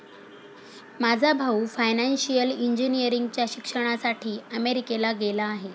माझा भाऊ फायनान्शियल इंजिनिअरिंगच्या शिक्षणासाठी अमेरिकेला गेला आहे